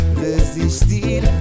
desistir